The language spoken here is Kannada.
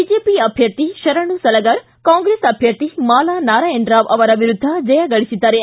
ಬಿಜೆಪಿ ಅಭ್ಯರ್ಥಿ ಶರಣು ಸಲಗರ ಕಾಂಗ್ರೆಸ್ ಅಭ್ಯರ್ಥಿ ಮಾಲಾ ನಾರಾಯಣ ರಾವ್ ಅವರ ವಿರುದ್ಧ ಜಯ ಗಳಿಸಿದ್ದಾರೆ